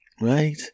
right